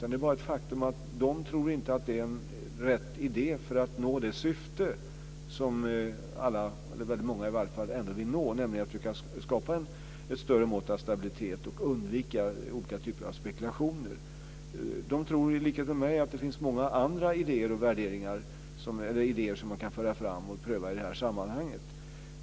Det är bara ett faktum att de inte tror att det är rätt idé för att nå det syfte som alla, eller i alla fall väldigt många, ändå vill nå, nämligen att skapa ett större mått av stabilitet och undvika olika typer av spekulationer. De tror i likhet med mig att det finns många andra idéer som man kan föra fram och pröva i det här sammanhanget.